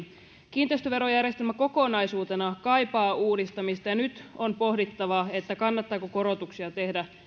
kiinteistöverojärjestelmä kokonaisuutena kaipaa uudistamista ja nyt on pohdittava kannattaako korotuksia tehdä